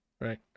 right